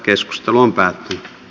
keskustelu päättyi